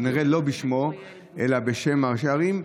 אך כנראה לא בשמו אלא בשם ראשי הערים,